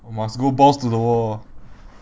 or must go bounce to the wall